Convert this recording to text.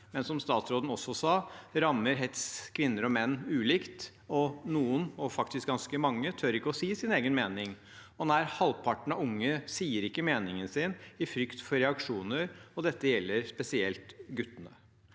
men som statsråden også sa, rammer hets kvinner og menn ulikt, og noen – faktisk ganske mange – tør ikke å si sin egen mening. Nær halvparten av de unge sier ikke meningen sin i frykt for reaksjoner, og dette gjelder spesielt guttene.